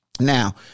Now